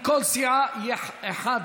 מכל סיעה יהיה אחד,